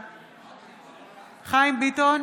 בעד חיים ביטון,